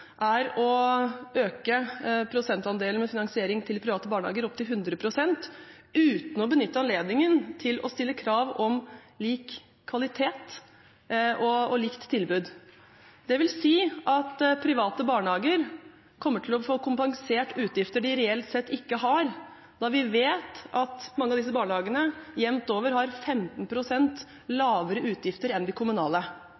er å øke prosentandelen med finansiering til private barnehager opp til 100 uten å benytte anledningen til å stille krav om lik kvalitet og likt tilbud. Det vil si at private barnehager kommer til å få kompensert utgifter de reelt sett ikke har, da vi vet at mange av disse barnehagene jevnt over har 15 pst. lavere utgifter enn de kommunale.